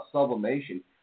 sublimation